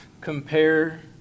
compare